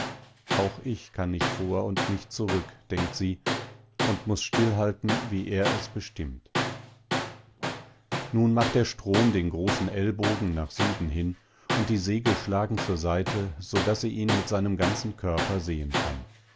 auch ich kann nicht vor und nicht zurück denkt sie und muß stillhalten wie er es bestimmt nun macht der strom den großen ellbogen nach süden hin und die segel schlagen zur seite so daß sie ihn mit seinem ganzen körper sehen kann